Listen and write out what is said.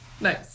Nice